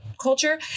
culture